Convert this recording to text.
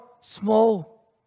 small